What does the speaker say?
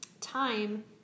time